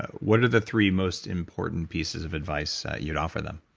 what are the three most important pieces of advice you'd offer them?